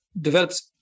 developed